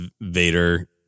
Vader